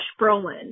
Brolin